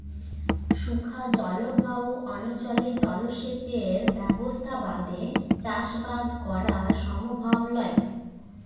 শুখা জলভায়ু অনচলে জলসেঁচের ব্যবসথা বাদে চাসবাস করা সমভব লয়